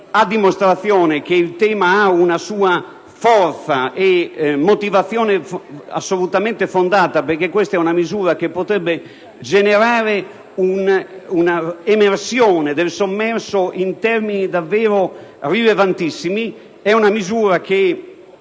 a dimostrazione che il tema ha una sua forza e motivazione assolutamente fondata perché questa è una misura che potrebbe generare una emersione del sommerso in termini davvero rilevantissimi; è una misura che